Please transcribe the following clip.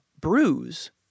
bruise